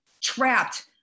trapped